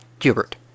Hubert